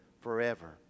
forever